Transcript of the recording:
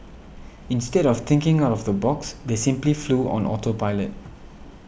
instead of thinking out of the box they simply flew on auto pilot